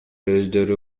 өздөрү